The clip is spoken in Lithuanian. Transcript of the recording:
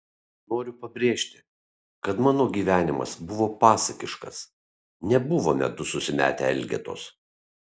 noriu pabrėžti kad mano gyvenimas buvo pasakiškas nebuvome du susimetę elgetos